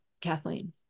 Kathleen